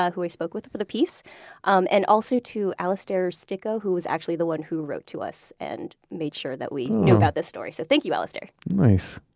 ah who i spoke with for the piece um and also to alistair sticco, who was actually the one who wrote to us and made sure that we knew about this story. so thank you alistair nice.